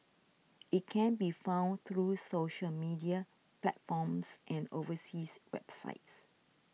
it can be found through social media platforms and overseas websites